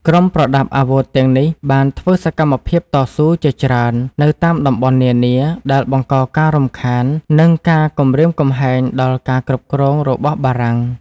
ក្រុមប្រដាប់អាវុធទាំងនេះបានធ្វើសកម្មភាពតស៊ូជាច្រើននៅតាមតំបន់នានា ដែលបង្កការរំខាន និងការគំរាមកំហែងដល់ការគ្រប់គ្រងរបស់បារាំង។